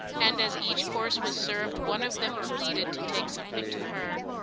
and as each course was served one of them pleaded to take something to her.